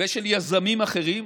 ושל יזמים אחרים,